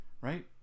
right